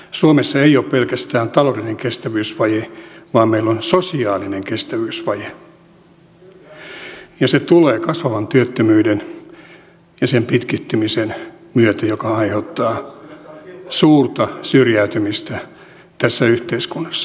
suomessa ei ole pelkästään taloudellinen kestävyysvaje vaan meillä on sosiaalinen kestävyysvaje ja se tulee kasvavan työttömyyden ja sen pitkittymisen myötä joka aiheuttaa suurta syrjäytymistä tässä yhteiskunnassa